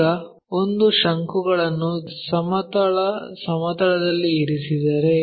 ಈಗ ಒಂದು ಶಂಕುಗಳನ್ನು ಸಮತಲ ಸಮತಲದಲ್ಲಿ ಇರಿಸಿದರೆ